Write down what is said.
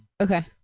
Okay